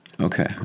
okay